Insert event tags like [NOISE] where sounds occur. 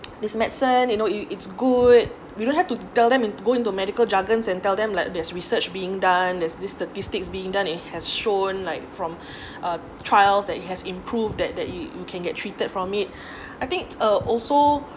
this medicine you know it it's good we don't have to tell them and go into medical jargons and tell them like there's research being done there's this statistics being done it has shown like from [BREATH] uh trials that it has improve that that you you can get treated from it I think uh also